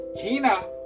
Hina